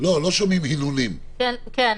מבחינתנו כן.